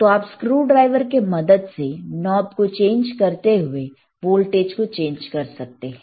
तो आप screw driver के मदद से नॉब को चेंज करते हुए वोल्टेज को चेंज कर सकते हैं